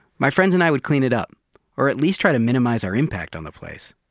my friends and i would clean it up or at least try to minimize our impact on the place.